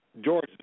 George